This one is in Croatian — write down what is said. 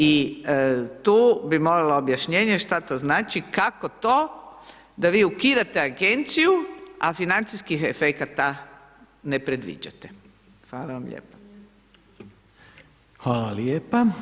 I tu bi molila objašnjenje, šta to znači, kako to da vi ukidate agenciju a financijskih efekata ne predviđate, hvala vam lijepa.